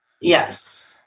Yes